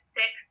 six